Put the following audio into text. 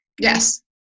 Yes